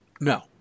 No